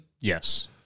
yes